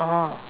orh